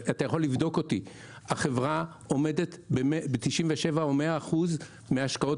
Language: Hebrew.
החברה עומדת ב-97% או ב-100% מההשקעות